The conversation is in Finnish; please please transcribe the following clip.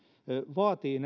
vaatii